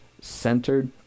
centered